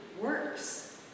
works